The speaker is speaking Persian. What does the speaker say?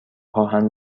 آهن